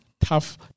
Tough